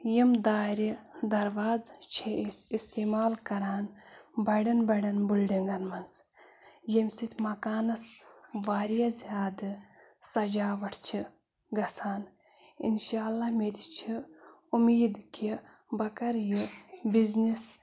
یِم دارِ درواز چھِ أسۍ استعمال کَران بڈٮ۪ن بڈٮ۪ن بُلڈِنٛگن منٛز ییٚمہِ سۭتۍ مکانس واریاہ زیادٕ سجاوٹھ چھِ گژھان اِنشااللہ مےٚ تہِ چھِ اُمید کہِ بہٕ کرٕ یہِ بِزنِس